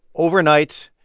overnight,